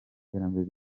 iterambere